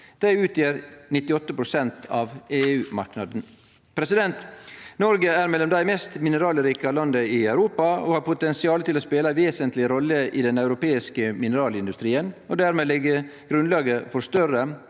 Det utgjer 98 pst. av EU-marknaden. Noreg er mellom dei mest mineralrike landa i Europa og har potensial til å spele ei vesentleg rolle i den europeiske mineralindustrien og dermed leggje grunnlaget for større